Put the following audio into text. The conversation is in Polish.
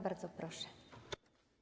Bardzo proszę.